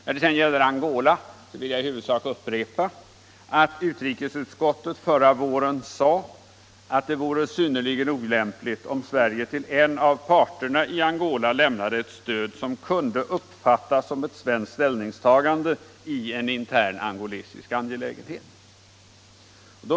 När det sedan gäller Angola vill jag upprepa att utrikesutskottet förra våren sade att det vore synnerligen olämpligt om Sverige till en av par terna i Angola lämnade ett stöd som kunde uppfattas som ett svenskt ställningstagande i en intern angolesisk angelägenhet.